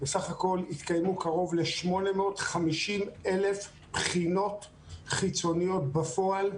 ובסך הכול התקיימו קרוב ל-850,000 בחינות חיצוניות בפועל,